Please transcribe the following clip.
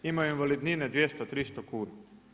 Imaju invalidnine 200, 300 kuna.